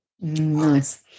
Nice